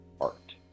art